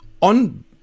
On